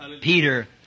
Peter